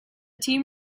team